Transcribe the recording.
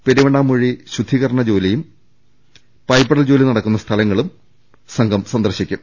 പെരുവണ്ണാമുഴി ശുദ്ധീ കരണജോലിയും പൈപ്പിടൽ ജോലി നടക്കുന്ന സ്ഥലങ്ങളും സംഘം സന്ദർശിക്കും